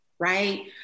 right